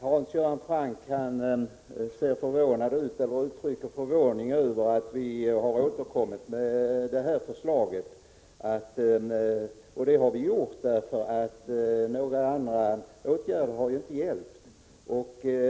Herr talman! Hans Göran Franck uttrycker förvåning över att vi har återkommit med detta förslag. Det har vi gjort därför att några andra åtgärder inte har hjälpt.